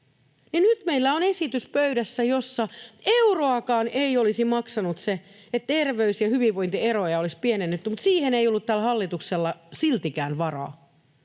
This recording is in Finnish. nyt meillä on esitys pöydässä, jossa euroakaan ei olisi maksanut se, että terveys- ja hyvinvointieroja olisi pienennetty, niin siihen ei ollut tällä hallituksella siltikään varaa.